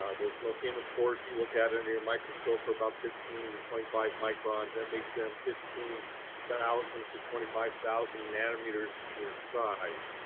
those nosema spores you look at under your microscope are about fifteen to twenty five microns, that makes them fifteen thousand to twenty five thousand nanometers in size.